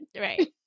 right